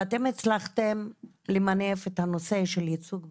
ואתם הצלחתם למנף את הנושא של ייצוג בפועל.